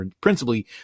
principally